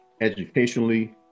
educationally